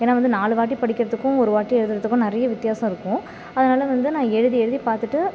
ஏன்னா வந்து நாலு வாட்டி படிக்கிறதுக்கும் ஒரு வாட்டி எழுதறதுக்கும் நிறைய வித்தியாசம் இருக்கும் அதனால் வந்து நான் எழுதி எழுதி பார்த்துட்டு